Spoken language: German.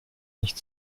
nicht